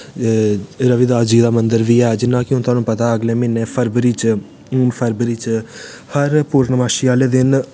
ते रवीदास जी दा मन्दर बी ऐ जियां कि तोहानूं पता अगलै महीनै फरबरी च फरबरी च हर पूर्णमाशी आह्ले दिन